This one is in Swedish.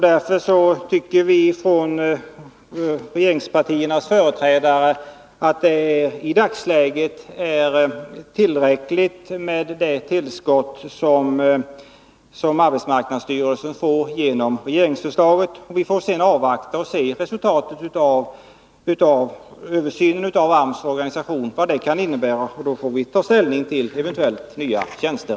Därför tycker vi företrädare för regeringspartierna att det i dagsläget är tillräckligt med det tillskott som arbetsmarknadsstyrelsen får genom regeringsförslaget. Vi får avvakta resultatet av översynen av arbetsmarknadsstyrelsens organisation och sedan ta ställning till eventuella nya tjänster.